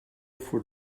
for